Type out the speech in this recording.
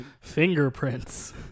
Fingerprints